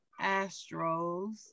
Astros